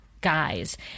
guys